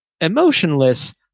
emotionless